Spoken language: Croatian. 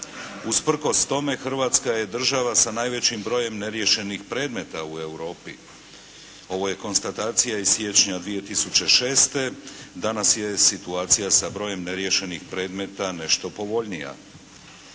Usprkos tome Hrvatska je država sa najvećim brojem neriješenih predmeta u Europi. Ovo je konstatacija iz siječnja 2006. Danas je situacija sa brojem neriješenih predmeta nešto povoljnija.